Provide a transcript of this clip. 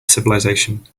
civilization